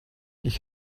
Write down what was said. ich